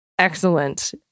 Excellent